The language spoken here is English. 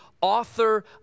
author